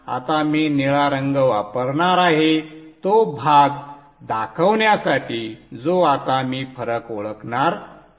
आता मी निळा रंग वापरणार आहे तो भाग दाखवण्यासाठी जो आता मी फरक ओळखणार आहे